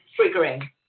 triggering